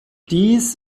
dies